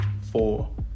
four